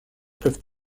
peuvent